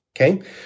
Okay